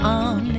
on